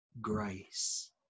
grace